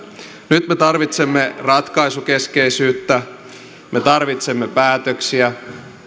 nyt me tarvitsemme ratkaisukeskeisyyttä me tarvitsemme päätöksiä